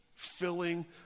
filling